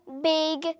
big